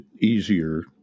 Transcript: easier